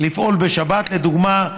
לפעול בשבת, לדוגמה,